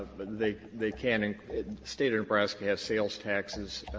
they they can in state of nebraska has sales taxes,